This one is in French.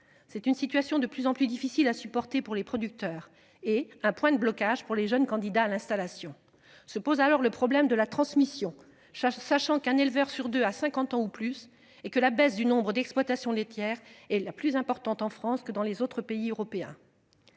C'est une situation de plus en plus difficile à supporter pour les producteurs et un point de blocage pour les jeunes candidats à l'installation. Se pose alors le problème de la transmission. Sachant qu'un éleveur sur 2 à 50 ans ou plus et que la baisse du nombre d'exploitations laitières et la plus importante en France que dans les autres pays européens.